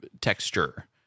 texture